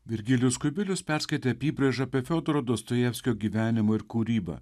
virgilijus kubilius perskaitė apybraižą apie fiodoro dostojevskio gyvenimą ir kūrybą